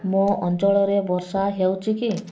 ମୋ ଅଞ୍ଚଳରେ ବର୍ଷା ହେଉଛି କି